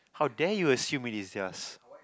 how dare you assume it is yours